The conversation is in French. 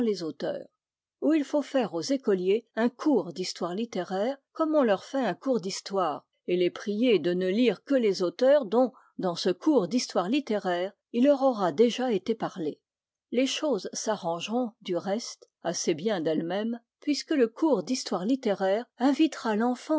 auteurs ou il faut faire aux écoliers un cours d'histoire littéraire comme on leur fait un cours d'histoire et les prier de ne lire que les auteurs dont dans ce cours d'histoire littéraire il leur aura déjà été parlé les choses s'arrangeront du reste assez bien d'elles-mêmes puisque le cours d'histoire littéraire invitera